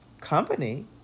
company